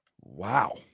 Wow